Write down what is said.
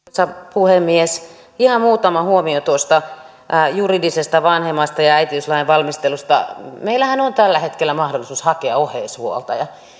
puhemies ihan muutama huomio tuosta juridisesta vanhemmasta ja äitiyslain valmistelusta meillähän on tällä hetkellä mahdollisuus hakea oheishuoltaja